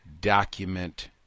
document